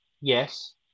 Yes